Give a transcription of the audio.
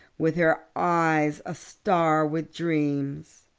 with her eyes a-star with dreams.